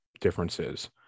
differences